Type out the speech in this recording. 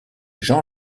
jean